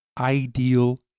ideal